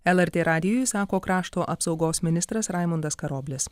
lrt radijui sako krašto apsaugos ministras raimundas karoblis